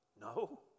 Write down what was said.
No